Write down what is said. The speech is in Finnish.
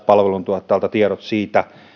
palveluntuottajalta tiedot siitä